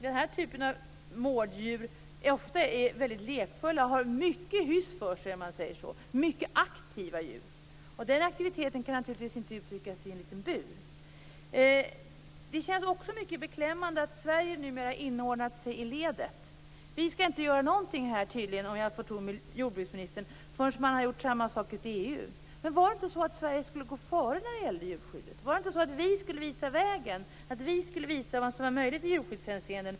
Den här typen av mårddjur är ofta väldigt lekfulla. De har mycket hyss för sig. Det är mycket aktiva djur, och denna aktivitet kan de naturligtvis inte få utlopp för i en bur. Det känns också mycket beklämmande att Sverige numera har inordnat sig i ledet. Vi skall tydligen inte göra någonting här - om jag får tro jordbruksministern - förrän man har gjort samma sak i EU. Men var det inte så att Sverige skulle gå före när det gällde djurskyddet? Var det inte så att vi skulle visa vägen och vad som är möjligt i jordbrukshänseende?